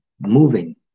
moving